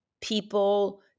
people